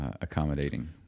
accommodating